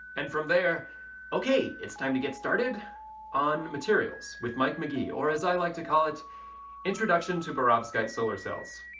and from there okay it's time to get started on materials with mike mcgee or as i like to call it introduction to perovskite solar cells.